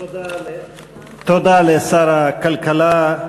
תודה לשר הכלכלה,